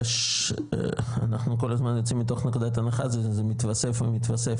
יש אנחנו כל הזמן יוצאים מתוך נקודת הנחה זה מתווסף ומתווסף,